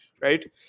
right